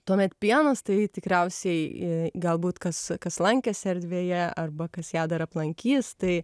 tuomet pienas tai tikriausiai i galbūt kas kas lankėsi erdvėje arba kas ją dar aplankys tai